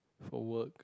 for work